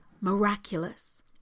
miraculous